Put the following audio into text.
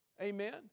Amen